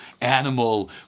animal